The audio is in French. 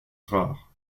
rares